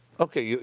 okay. yeah